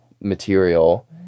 material